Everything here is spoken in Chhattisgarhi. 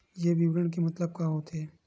ये विवरण के मतलब का होथे?